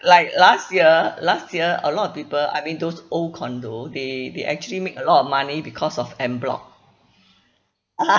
like last year last year a lot of people I mean those old condo they they actually make a lot of money because of en bloc